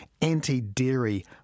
anti-dairy